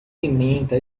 pimenta